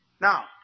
Now